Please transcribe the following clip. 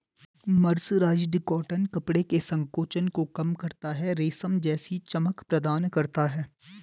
mercerised cotton कपड़े के संकोचन को कम करता है, रेशम जैसी चमक प्रदान करता है